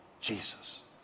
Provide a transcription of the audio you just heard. Jesus